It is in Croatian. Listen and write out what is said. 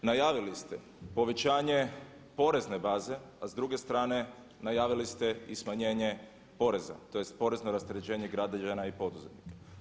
Najavili ste povećanje porezne baze, a s druge strane najavili ste i smanjenje poreza tj. porezno rasterećenje građana i poduzetnika.